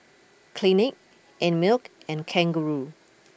Clinique Einmilk and Kangaroo